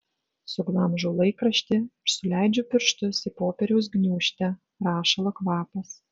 suglamžau laikraštį ir suleidžiu pirštus į popieriaus gniūžtę rašalo kvapas